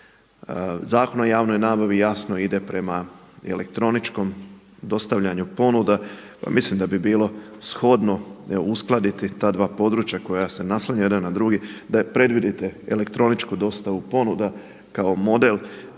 Zakon o javnoj nabavi jasno ide prema i elektroničkom dostavljanju ponuda, pa mislim da bi bilo shodno ne uskladiti ta dva područja koja se naslanjaju jedan na drugi, da predvidite elektroničku dostavu ponuda kao model.